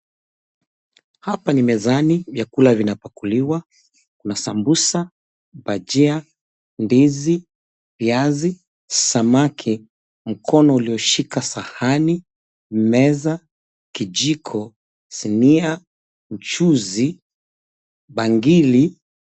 Hapa ni mezani, vyakula vinapakuliwa, kuna sambusa, bajia, ndizi, viazi, samaki, mkono ulioshika sahani, meza, kijiko, sinia, mchuzi, bangili.